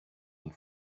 ein